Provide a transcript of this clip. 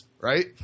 right